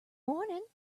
morning